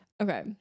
Okay